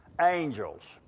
angels